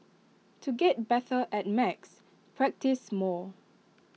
to get better at maths practise more